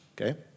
okay